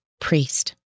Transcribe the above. Priest